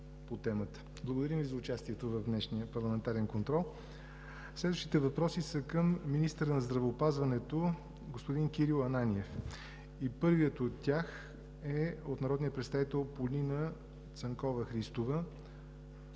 Благодарим Ви за участието в днешния парламентарен контрол. Следващите въпроси са към министъра на здравеопазването господин Кирил Ананиев. Първият от тях е от народния представител Полина Цанкова-Христова.